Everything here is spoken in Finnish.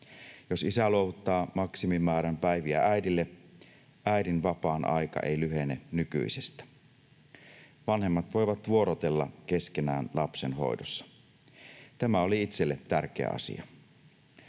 Jos isä luovuttaa maksimimäärän päiviä äidille, äidin vapaan aika ei lyhene nykyisestä. Vanhemmat voivat vuorotella keskenään lapsen hoidossa. Tämä oli itselle tärkeä asia.